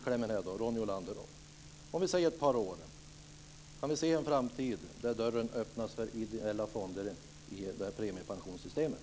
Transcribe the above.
Kan vi om ett par år se en framtid där dörren öppnas för ideella fonder i premiepensionssystemet?